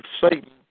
Satan